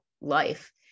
life